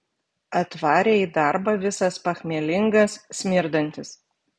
atvarė į darbą visas pachmielingas smirdantis